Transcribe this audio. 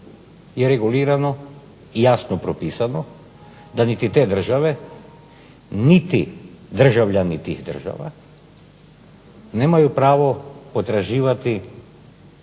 je regulirano i jasno propisano da niti te države, niti državljani tih država nemaju pravo potraživati